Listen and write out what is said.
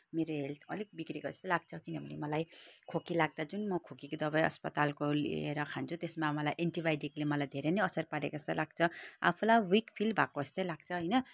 मेरो हेल्थ अलिक बिग्रेको जस्तो लाग्छ किनभने मलाई खोकी लाग्दा जुन म खोकीको दबाई अस्पतालको लिएर खान्छु त्यसमा मलाई एन्टिबायोटिकले मलाई धेरै नै असर पारेको जस्तो लाग्छ आफूलाई विक फिल भएको जस्तै लाग्छ होइन